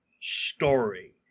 story